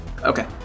Okay